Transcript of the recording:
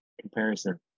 comparison